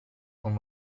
con